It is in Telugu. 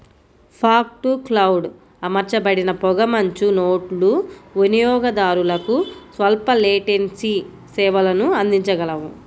ఫాగ్ టు క్లౌడ్ అమర్చబడిన పొగమంచు నోడ్లు వినియోగదారులకు స్వల్ప లేటెన్సీ సేవలను అందించగలవు